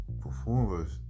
performers